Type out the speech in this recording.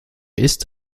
ist